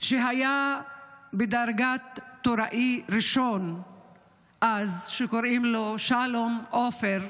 שהיה בדרגת טוראי-ראשון אז, שקוראים לו שלום עופר,